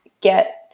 get